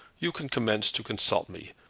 you can commence to consult me.